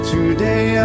Today